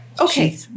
Okay